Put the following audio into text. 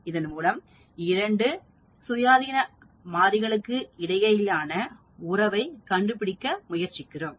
இதன் மூலம 2 சுயாதீன மாறிகளுக்கு இடையிலான உறவைக் கண்டுபிடிக்க முயற்சிப்போம்